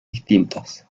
distintas